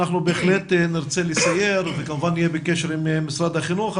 אנחנו בהחלט נרצה לסייר וכמובן נהיה בקשר עם משרד החינוך.